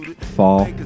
fall